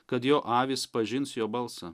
kad jo avys pažins jo balsą